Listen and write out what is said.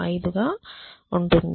145 గా వస్తాయి